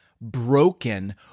broken